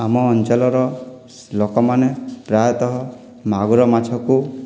ଆମ ଅଞ୍ଚଳର ଲୋକମାନେ ପ୍ରାୟତଃ ମାଗୁର ମାଛକୁ